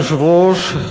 אדוני היושב-ראש,